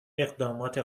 اقدامات